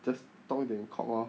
just talk 一点 cock ah